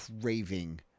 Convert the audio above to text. craving